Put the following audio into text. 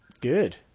Good